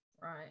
right